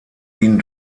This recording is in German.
ihn